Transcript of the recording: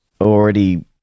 already